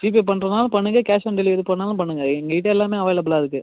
GPay பண்ணுறதுனாலும் பண்ணுங்கள் cash on delivery பண்ணாலும் பண்ணுங்கள் எங்ககிட்ட எல்லாமே அவைலபிளாக இருக்குது